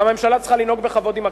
גם הממשלה צריכה לנהוג בכבוד עם הכנסת.